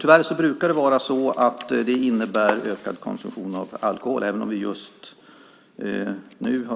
Tyvärr brukar det vara så att det innebär ökad konsumtion av alkohol.